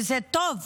וזה טוב